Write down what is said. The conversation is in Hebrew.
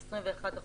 21%,